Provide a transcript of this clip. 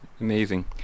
Amazing